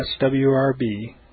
swrb